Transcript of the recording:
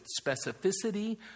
specificity